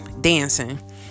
dancing